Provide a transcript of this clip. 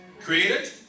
created